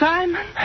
Simon